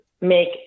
make